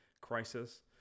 crisis